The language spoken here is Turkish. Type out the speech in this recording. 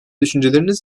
düşünceleriniz